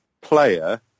player